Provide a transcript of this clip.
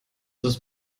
ist